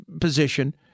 position